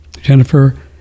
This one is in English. Jennifer